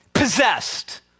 possessed